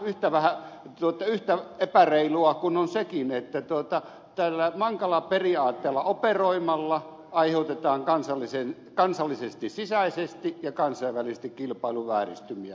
se on ihan yhtä epäreilua kuin on sekin että tällä mankala periaatteella operoimalla aiheutetaan kansallisesti sisäisesti ja kansainvälisesti kilpailuvääristymiä